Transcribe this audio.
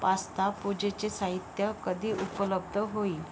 pasta पूजेचे साहित्य कधी उपलब्ध होईल